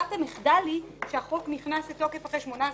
וברירת המחדל היא שהחוק נכנס לתוקף אחרי 18 חודשים.